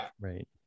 right